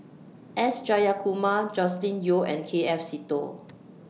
S Jayakumar Joscelin Yeo and K F Seetoh